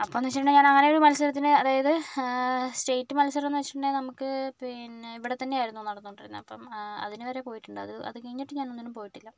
അപ്പോഴെന്ന് വെച്ചിട്ടുണ്ടെങ്കിൽ അങ്ങനെ ഒരു മത്സരത്തിന് അതായത് സ്റ്റേറ്റ് മത്സരമെന്ന് വെച്ചിട്ടുണ്ടെങ്കിൽ നമുക്ക് പിന്നെ ഇവിടെ തന്നെയായിരുന്നു നടന്നു കൊണ്ടിരുന്നത് അപ്പം അതിനുവരെ പോയിട്ടുണ്ട് അത് കഴിഞ്ഞിട്ട് ഞാൻ ഒന്നിനും പോയിട്ടില്ല